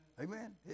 Amen